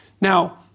Now